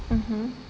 mmhmm